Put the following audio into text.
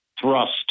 thrust